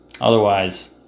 otherwise